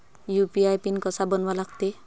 UPI PIN कसा बनवा लागते?